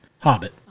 Hobbit